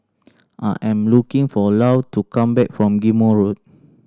I am waiting for Lou to come back from Ghim Moh Road